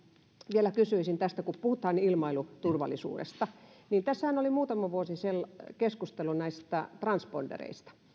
vielä kysyisin tästä kun puhutaan ilmailuturvallisuudesta ja kun tässähän oli muutama vuosi sitten keskustelua näistä transpondereista